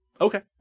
Okay